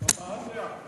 הבעת דעה.